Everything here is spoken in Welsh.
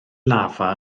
lafa